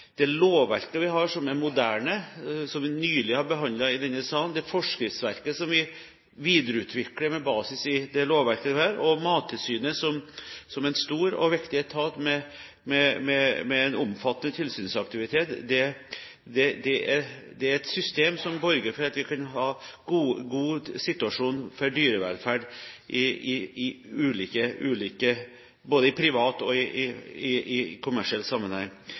det lovverket vi har, som er moderne, og som vi nylig har behandlet i denne sal – det forskriftsverket som vi videreutvikler med basis i det lovverket vi har – og Mattilsynet, som er en stor og viktig etat med en omfattende tilsynsaktivitet, har vi et system som borger for at vi kan ha god dyrevelferd både i privat og i kommersiell sammenheng.